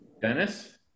Dennis